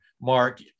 Mark